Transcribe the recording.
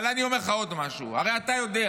אבל אני אומר לך עוד משהו: הרי אתה יודע